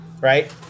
right